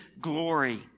glory